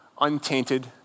untainted